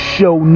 Show